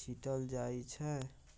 छीटल जाइ छै